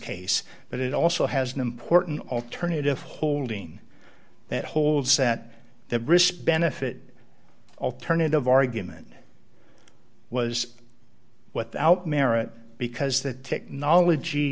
case but it also has an important alternative holding that holds that the british benefit alternative argument was what the out merit because the technology